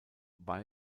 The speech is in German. war